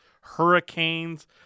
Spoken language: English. Hurricanes